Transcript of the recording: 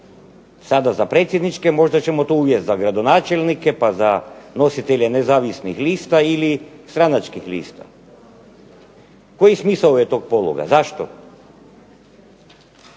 Sada za predsjedničke, možda ćemo to uvest za gradonačelnike, pa za nositelje nezavisnih lista ili stranačkih lista. Koji smisao je tog pologa, zašto?